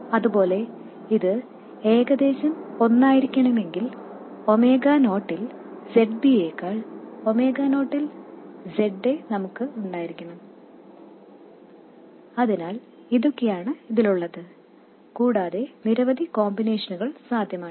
അതുപോലെ ഇത് ഏകദേശം ഒന്നായിരിക്കണമെങ്കിൽ ഒമേഗ നോട്ടിൽ Zb യേക്കാൾ ഒമേഗ നോട്ടിൽ Za നമുക്ക് ഉണ്ടായിരിക്കണം അതിനാൽ ഇതൊക്കെയാണ് ഇതിലുള്ളത് കൂടാതെ നിരവധി കോമ്പിനേഷനുകൾ സാധ്യമാണ്